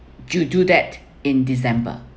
you do that in december